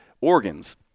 organs